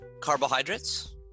Carbohydrates